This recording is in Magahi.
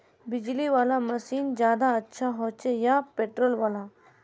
बिजली वाला मशीन ज्यादा अच्छा होचे या पेट्रोल वाला?